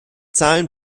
zahlen